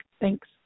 Thanks